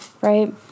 right